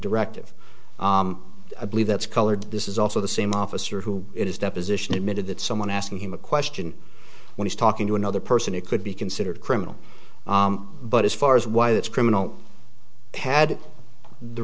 directive i believe that's colored this is also the same officer who it is deposition admitted that someone asking him a question when he's talking to another person it could be considered criminal but as far as why it's criminal had the